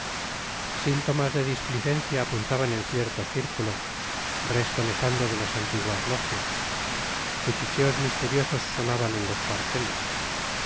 síntomas de displicencia apuntaban en ciertos círculos resto nefando de las antiguas logias cuchicheos misteriosos sonaban en los cuarteles